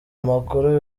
amakuru